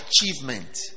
achievement